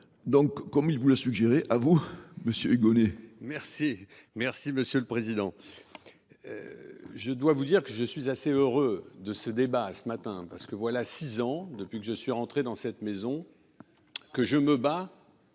Donc, comme il vous l'a suggéré, à vous, M. Huygonet. Merci. Merci M. le Président. Je dois vous dire que je suis assez heureux de ce débat, ce matin, parce que voilà six ans, depuis que je suis rentré dans cette maison, que je me bats